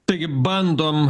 taigi bandom